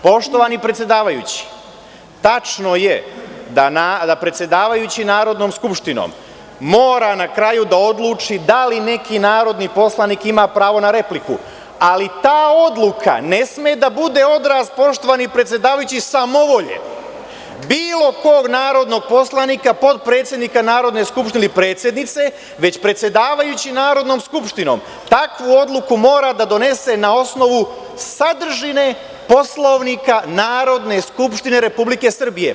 Poštovani predsedavajući, tačno je da predsedavajući Narodnom skupštinom mora na kraju da odluči da li neki narodni poslanik ima pravo na repliku, ali ta odluka ne sme da bude odraz, poštovani predsedavajući, samovolje bilo kog narodnog poslanika, potpredsednika ili predsednice Narodne skupštine, već predsedavajući Narodnom skupštinom takvu odluku mora da donese na osnovu sadržine Poslovnika Narodne skupštine Republike Srbije.